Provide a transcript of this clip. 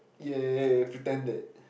ya ya ya ya pretend